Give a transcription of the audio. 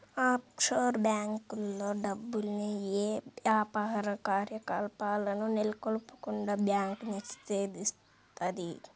offshore బ్యేంకుల్లో డబ్బుల్ని యే యాపార కార్యకలాపాలను నెలకొల్పకుండా బ్యాంకు నిషేధిత్తది